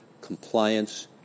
compliance